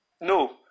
No